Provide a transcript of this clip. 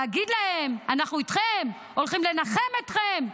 להגיד להן: אנחנו איתכן, הולכים לנחם אתכן,